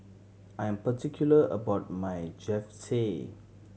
I am particular about my Japchae